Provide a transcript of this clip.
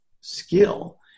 skill